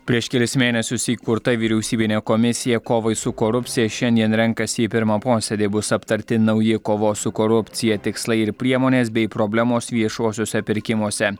prieš kelis mėnesius įkurta vyriausybinė komisija kovai su korupcija šiandien renkasi į pirmą posėdį bus aptarti nauji kovos su korupcija tikslai ir priemonės bei problemos viešuosiuose pirkimuose